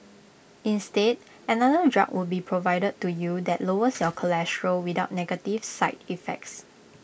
instead another drug would be provided to you that lowers your cholesterol without negative side effects